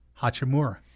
Hachimura